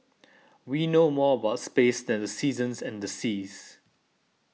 we know more about space than the seasons and the seas